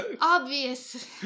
obvious